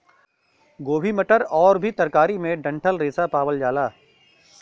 गोभी मटर आउर भी तरकारी में डंठल रेशा पावल जाला